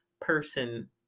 person